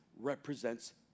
Represents